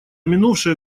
минувшие